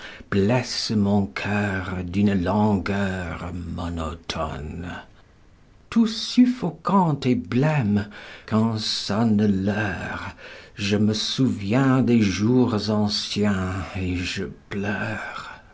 blessent mon coeur d'une langueur monotone tout suffocant et blême quand sonne l'heure je me souviens des jours anciens et je pleure